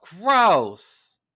gross